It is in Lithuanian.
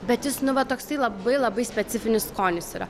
bet jis nu va toksai labai labai specifinis skonis yra